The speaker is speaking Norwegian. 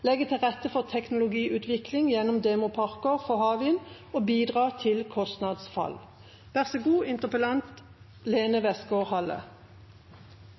legge til rette for teknologiutvikling gjennom demoparker for havvind og bidra til kostnadsfall?